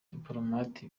diplomate